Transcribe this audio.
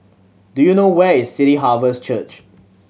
do you know where is City Harvest Church